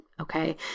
Okay